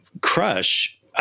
Crush